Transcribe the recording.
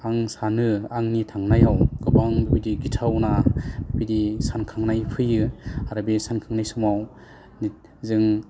आं सानो आंनि थांनायाव गोबां बिदि गिथावना बिदि सानखांनाय फैयो आरो बे सानखांनाय समाव निद जों